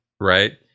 right